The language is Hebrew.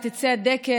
את עצי הדקל,